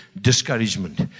discouragement